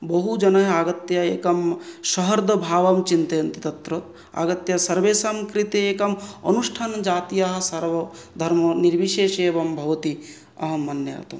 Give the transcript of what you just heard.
बहुजनाः आगत्य एकं सहृदभावं चिन्तयन्ति तत्र आगत्य सर्वेषां कृते एकं अनुष्ठानं जातीयाः सर्वं धर्मः निर्विशेषे एवं भवति अहं मन्यते